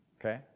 Okay